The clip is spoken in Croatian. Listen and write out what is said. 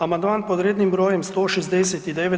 Amandman pod rednim brojem 169.